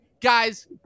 Guys